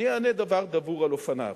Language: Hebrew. אני אענה דבר דבור על אופניו.